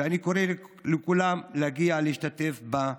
ואני קורא לכולם להגיע להשתתף בה,